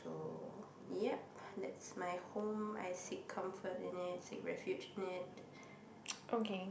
so yup that's my home I seek comfort in it seek refuge in it